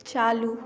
चालू